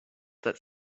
that